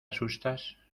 asustas